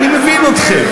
אני מבין אתכם.